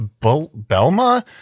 belma